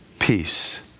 Peace